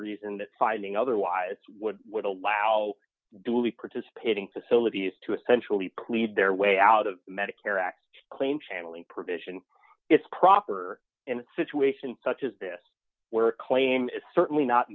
reason that finding otherwise would allow duly participating facilities to essentially plead their way out of medicare act claim channeling provision it's proper and situation such as this where a claim is certainly not